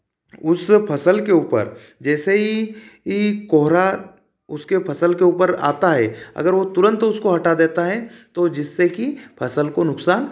उससे फ़सल के ऊपर जैसे ही यह कोहरा उसके फ़सल के ऊपर आता है अगर वह तुरंत उसको हटा देता है तो जिससे कि फसल को नुकसान